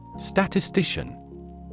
Statistician